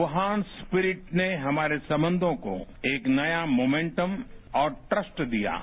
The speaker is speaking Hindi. वुहान स्प्रिट ने हमारे संबंधों को एक नया मोमेन्टम और ट्रस्ट दिया है